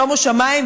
שומו שמיים,